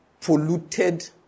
polluted